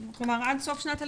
עד סוף שנת הלימודים.